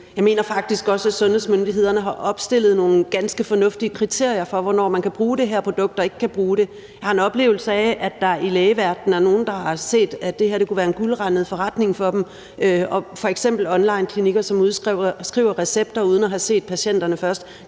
Jeg mener faktisk også, at sundhedsmyndighederne har opstillet nogle ganske fornuftige kriterier for, hvornår man kan bruge det her produkt, og hvornår man ikke kan bruge det. Jeg har en oplevelse af, at der i lægeverdenen er nogle, der har set, at det her kunne være en guldrandet forretning for dem, f.eks. onlineklinikker, som udskriver recepter uden at have set patienterne først.